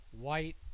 white